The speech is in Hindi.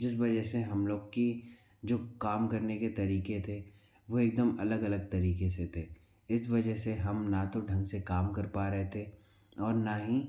जिस वजह से हम लोग की जो काम करने के तरीके थे वह एकदम अलग अलग तरीके से थे इस वजह से हम न तो ढंग से काम कर पा रहे थे और न ही